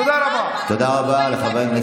איך --- כובש --- אם התומך טרור הזה נמצא